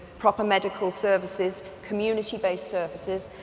proper medical services, community-based services,